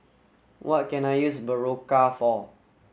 what can I use Berocca for